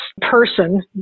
person